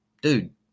dude